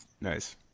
Nice